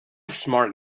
smart